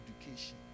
education